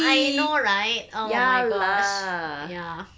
I know right oh my gosh ya